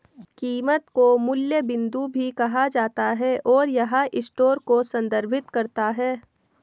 कीमत को मूल्य बिंदु भी कहा जाता है, और यह स्टोर को संदर्भित करता है